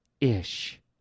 Ish